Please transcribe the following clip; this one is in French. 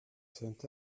cet